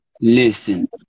listen